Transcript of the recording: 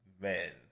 men